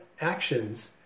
actions